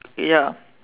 ya